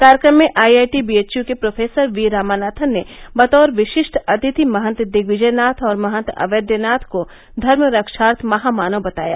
कार्यक्रम में IIT BHU के प्रोफेसर वीरामानाथन् ने बतौर विशिष्ट अतिथि महन्त दिग्विजय नाथ और महन्त अवेद्यनाथ को धर्म रक्षार्थ महामानव बताया